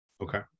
okay